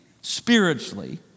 spiritually